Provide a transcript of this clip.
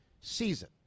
season